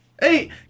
Hey